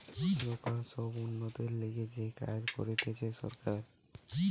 local সব উন্নতির লিগে যে কাজ করতিছে সরকার